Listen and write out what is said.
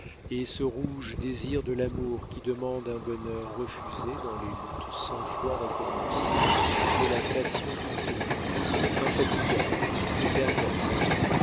et ce rouge désir de l'amour qui demande un bonheur refusé dans les luttes cent fois recommencées de la passion contenue infatigable éternelle